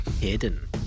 Hidden